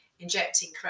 Injecting